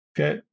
Okay